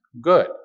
good